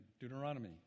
Deuteronomy